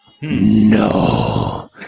No